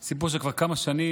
זה כבר סיפור של כמה שנים,